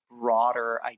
broader